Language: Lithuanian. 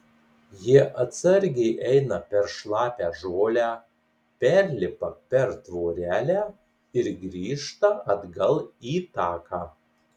jie atsargiai eina per šlapią žolę perlipa per tvorelę ir grįžta atgal į taką